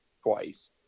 twice